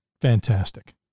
fantastic